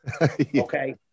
Okay